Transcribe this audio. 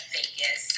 Vegas